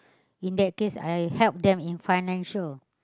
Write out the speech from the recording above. in that case I help them in financial